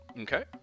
Okay